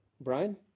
Brian